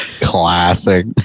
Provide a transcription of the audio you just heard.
Classic